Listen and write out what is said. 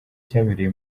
cyabereye